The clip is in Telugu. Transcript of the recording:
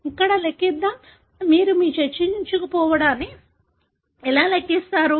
ఇక్కడ లెక్కిద్దాం మీరు ఈ చొచ్చుకుపోవడాన్ని ఎలా లెక్కిస్తారు